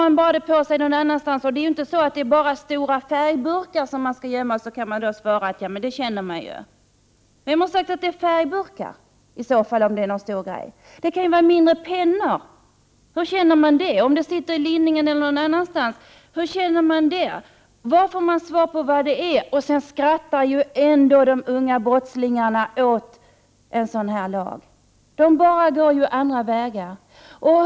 Det är inte säkert att det bara är fråga om att gömma stora färgburkar, för — som någon kanske säger — dem kan man kanske känna. Det kan ju röra sig om mindre pennor. Hur känner man dem, om de är placerade i byxlinningen eller någon annanstans? För övrigt skrattar ju ändå de unga brottslingarna åt en lag av den här typen. Det är bara för dem att tillgripa andra vägar.